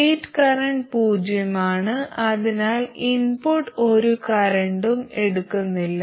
gate current പൂജ്യമാണ് അതിനാൽ input ഒരു കറന്റും എടുക്കുന്നില്ല